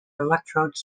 electrode